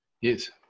yes